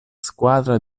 squadra